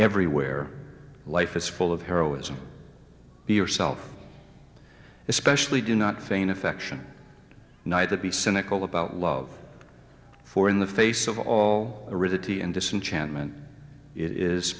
everywhere life is full of heroism be yourself especially do not feign affection neither be cynical about love for in the face of all aridity and disenchantment i